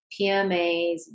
PMAs